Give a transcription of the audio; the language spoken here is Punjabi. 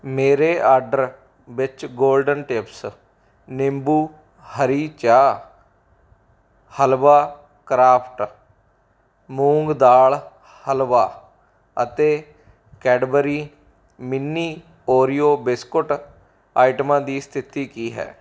ਮੇਰੇ ਆਰਡਰ ਵਿੱਚ ਗੋਲਡਨ ਟਿਪਸ ਨਿੰਬੂ ਹਰੀ ਚਾਹ ਹਲਵਾ ਕਰਾਫਟ ਮੂੰਗ ਦਾਲ ਹਲਵਾ ਅਤੇ ਕੈਡਬਰੀ ਮਿੰਨੀ ਓਰੀਓ ਬਿਸਕੁਟ ਆਈਟਮਾਂ ਦੀ ਸਥਿਤੀ ਕੀ ਹੈ